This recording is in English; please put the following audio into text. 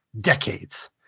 decades